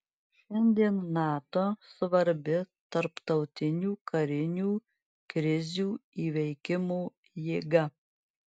šiandien nato svarbi tarptautinių karinių krizių įveikimo jėga